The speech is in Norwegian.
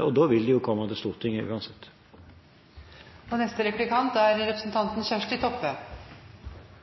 og da vil det komme til Stortinget uansett.